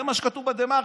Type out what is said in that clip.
זה מה שכתוב בדה-מרקר.